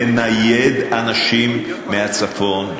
לנייד אנשים דוברי ערבית מהצפון,